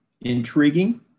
intriguing